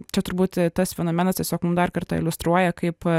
čia turbūt tas fenomenas tiesiog mum dar kartą iliustruoja kaip